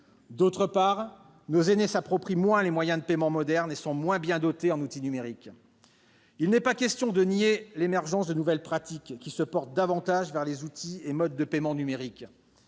D'autre part, nos aînés s'approprient moins les moyens de paiement modernes et sont moins bien dotés en outils numériques. Il n'est pas question de nier l'émergence de nouvelles pratiques qui se portent davantage vers les outils et modes de paiement numériques.